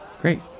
great